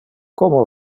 como